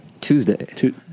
tuesday